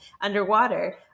underwater